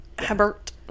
Hebert